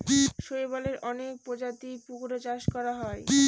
শৈবালের অনেক প্রজাতির পুকুরে চাষ করা হয়